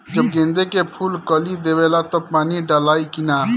जब गेंदे के फुल कली देवेला तब पानी डालाई कि न?